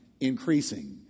increasing